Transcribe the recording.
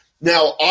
Now